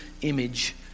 image